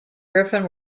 griffin